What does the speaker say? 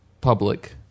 public